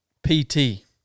pt